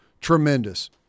tremendous